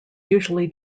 usually